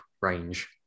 range